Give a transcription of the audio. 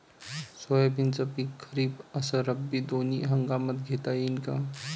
सोयाबीनचं पिक खरीप अस रब्बी दोनी हंगामात घेता येईन का?